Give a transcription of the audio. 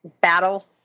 battle